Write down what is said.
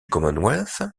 commonwealth